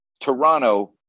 Toronto